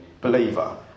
believer